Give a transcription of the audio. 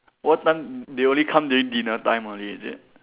what time they only come during dinner time only is it